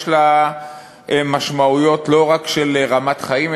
יש לה משמעויות לא רק של רמת חיים,